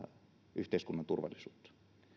yhteiskunnan turvallisuutta